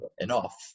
enough